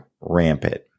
rampant